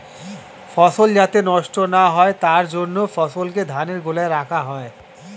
ফসল যাতে নষ্ট না হয় তার জন্য ফসলকে ধানের গোলায় রাখা হয়